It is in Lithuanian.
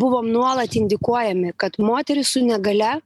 buvom nuolat indikuojami kad moterys su negalia